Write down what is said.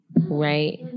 right